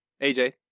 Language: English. AJ